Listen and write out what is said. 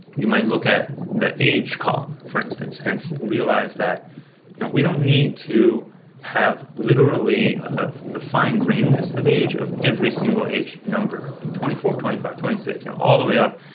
you might look at the age column for instance and realize that we don't need to have literally the fine graininess of age of every single age number, like twenty four, twenty five, twenty six, and all the way up,